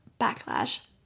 backlash